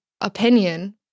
opinion